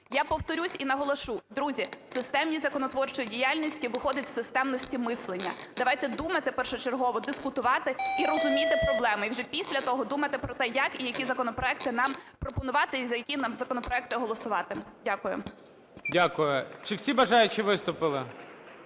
Я повторюся і наголошу, друзі, системність законотворчої діяльності виходить із системності мислення. Давайте думати першочергово, дискутувати і розуміти проблеми, і вже після того думати про те, як і які законопроекти нам пропонувати і за які нам законопроекти голосувати. Дякую. ГОЛОВУЮЧИЙ. Дякую. Чи всі бажаючі виступили?